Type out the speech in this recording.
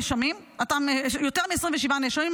יותר מ-27 נאשמים,